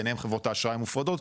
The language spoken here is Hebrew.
חברות האשראי המופרדות,